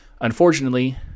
Unfortunately